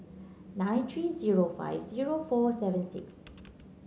nine three zero five zero four seven six